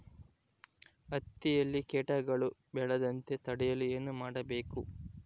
ಹತ್ತಿಯಲ್ಲಿ ಕೇಟಗಳು ಬೇಳದಂತೆ ತಡೆಯಲು ಏನು ಮಾಡಬೇಕು?